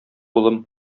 улым